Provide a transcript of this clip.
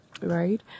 right